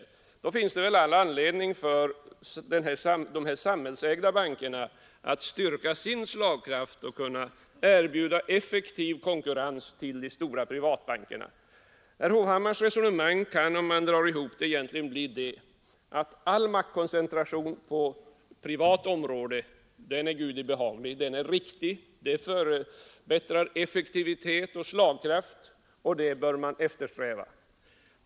Mot den bakgrunden finns det väl all anledning för de samhällsägda bankerna att stärka sin slagkraft för att kunna erbjuda effektiv konkurrens till de stora privatbankerna. Herr Hovhammars resonemang kan egentligen sammanfattas så att all maktkoncentration på det privata området är Gudi behaglig. Den är riktig, förbättrar effektivitet och slagkraft, och det bör man eftersträva.